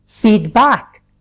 feedback